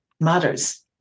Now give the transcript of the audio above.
matters